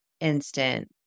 instant